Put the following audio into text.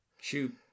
Shoot